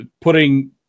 putting